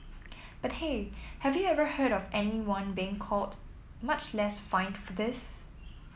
but hey have you ever heard of anyone being caught much less fined for this